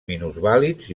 minusvàlids